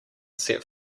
set